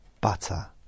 butter